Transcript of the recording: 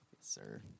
sir